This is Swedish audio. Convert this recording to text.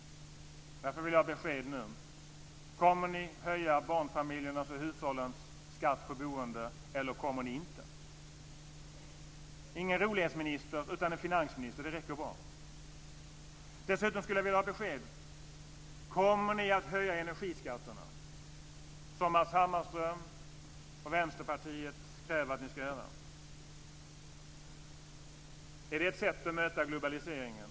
Därför vill jag ha besked nu: Kommer ni att höja barnfamiljernas och hushållens skatt på boende eller kommer ni inte att göra det? Vi vill inte ha någon rolighetsminister, utan en finansminister. Det räcker bra. Dessutom skulle jag vilja ha besked om detta: Kommer ni att höja energiskatterna som Matz Hammarström och Vänsterpartiet kräver att ni ska göra? Är det ett sätt att möta globaliseringen?